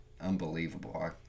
unbelievable